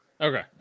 Okay